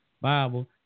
Bible